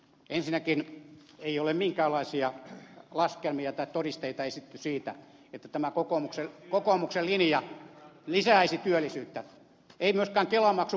ensinnäkään ei ole minkäänlaisia laskelmia tai todisteita esitetty siitä että tämä kokoomuksen linja lisäisi työllisyyttä ei myöskään kelamaksun poisto